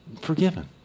forgiven